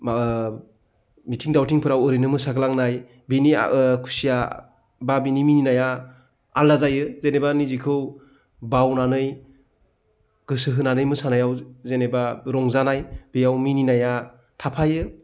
माबा मिथिं दावथिंफोराव ओरैनो मोसाग्लांनाय बिनि खुसिया बा बिनि मिनिनाया आलादा जायो जेनेबा निजेखौ बावनानै गोसो होनानै मोसानायाव जेनेबा रंजानाय बेयाव मिनिनाया थाफायो